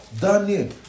Daniel